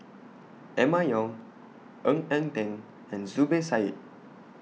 Emma Yong Ng Eng Teng and Zubir Said